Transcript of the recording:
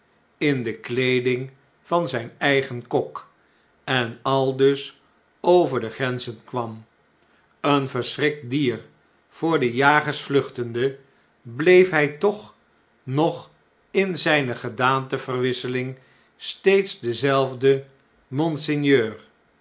in de kleeding van zjjn eigen kok en aldus over de grenzen kwam een verschrikt dier voor de jagers vluchtende bleef hij toch nog in zn'ne gedaanteverwisseling steeds dezelfde monseigneur